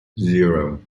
zero